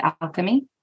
alchemy